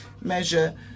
measure